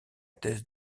thèse